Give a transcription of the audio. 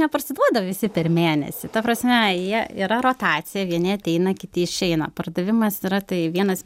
neparsiduoda visi per mėnesį ta prasme jie yra rotacija vieni ateina kiti išeina pardavimas yra tai vienas